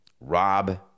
Rob